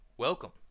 Welcome